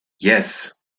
yes